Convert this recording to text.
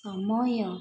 ସମୟ